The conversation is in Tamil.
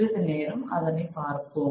சிறிது நேரம் அதனை பார்ப்போம்